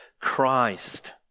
Christ